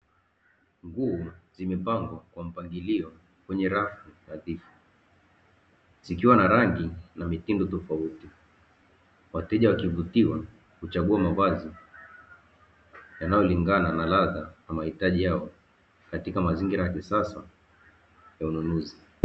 Nguo zimepangwa kwa mpangilio kwenye rafu nadhifu, zikiwa na rangi na mitindo tofauti. Wateja wakivutiwa kuchagua mavazi yanayolingana na ladha na mahitaji yao katika mazingira ya kisasa ya ununuzi.